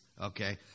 Okay